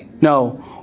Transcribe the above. No